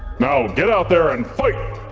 now, get out there and fight!